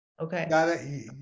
okay